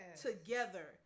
together